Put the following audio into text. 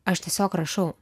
aš tiesiog rašau